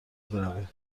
برویم